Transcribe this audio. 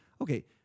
Okay